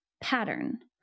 pattern